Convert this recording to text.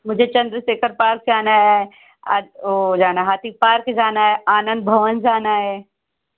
मुझे चंद्रशेखर पार्क जाना है आ ओ जाना हाथी पार्क जाना है आनंद भवन जाना है